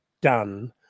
done